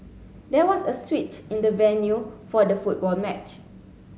there was a switch in the venue for the football match